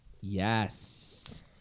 yes